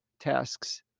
tasks